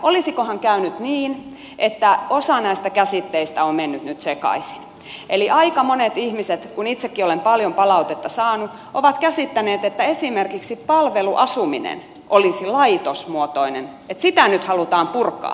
olisikohan käynyt niin että osa näistä käsitteistä on mennyt nyt sekaisin eli aika monet ihmiset kun itsekin olen paljon palautetta saanut ovat käsittäneet että esimerkiksi palveluasuminen olisi laitosmuotoinen että sitä nyt halutaan purkaa